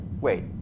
wait